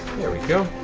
there we go.